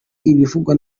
ibivugwa